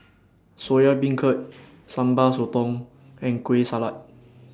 Soya Beancurd Sambal Sotong and Kueh Salat